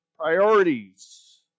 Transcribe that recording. priorities